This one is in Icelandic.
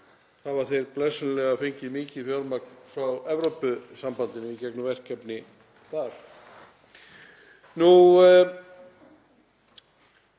hafa þeir blessunarlega fengið mikið fjármagn frá Evrópusambandinu í gegnum verkefni þar.